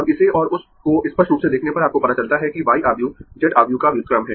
अब इसे और उस को स्पष्ट रूप से देखने पर आपको पता चलता है कि y आव्यूह Z आव्यूह का व्युत्क्रम है